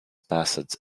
passage